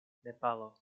nepalo